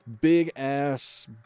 big-ass